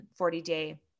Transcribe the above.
40-day